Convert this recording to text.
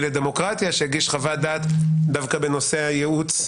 לדמוקרטיה שהגיש חוות דעת דווקא בנושא הייעוץ,